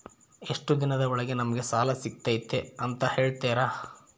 ಎಷ್ಟು ದಿನದ ಒಳಗೆ ನಮಗೆ ಸಾಲ ಸಿಗ್ತೈತೆ ಅಂತ ಹೇಳ್ತೇರಾ?